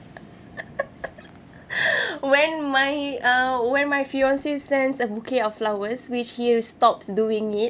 when my uh when my fiance sends a bouquet of flowers which he already stops doing it